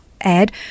add